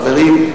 חברים,